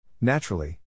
Naturally